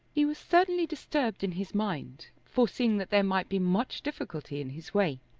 he was certainly disturbed in his mind, foreseeing that there might be much difficulty in his way.